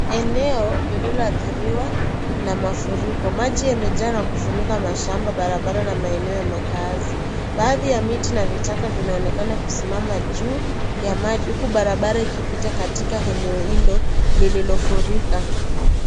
Eneo lililoathiriwa na mafuriko, maji yamejaa na kufunika mashamba, barabara na maeneo ya makaazi. Baadhi ya miti na vichaka vinaonekana kusimama juu ya maji huku barabara ikipita katika eneo hilo lililofurika.